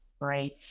Right